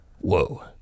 whoa